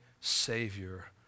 savior